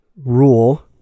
rule